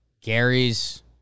Gary's